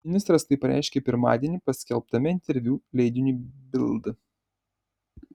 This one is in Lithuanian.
ministras tai pareiškė pirmadienį paskelbtame interviu leidiniui bild